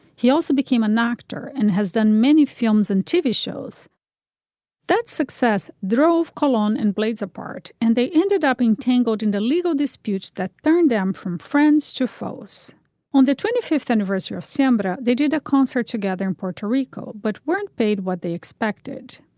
he also became a doctor and has done many films and tv shows that success drove cologne and blades apart and they ended up in tangled into legal disputes that turned him from friends to focus on the twenty fifth anniversary of sambora. they did a concert together in puerto rico but weren't paid what they expected.